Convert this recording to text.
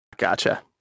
Gotcha